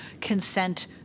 consent